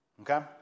Okay